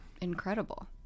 incredible